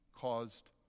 caused